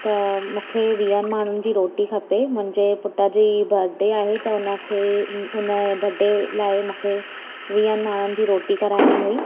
त मूंखे वीहनि माण्हुनि जी रोटी खपे मुंहिंजे पुट जी बर्थ डे आहे त उनखे हुनजे बड्डे लाइ मूंखे वीहनि माण्हुनि जी रोटी कराइणी हुई